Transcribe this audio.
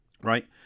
right